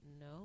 no